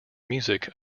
music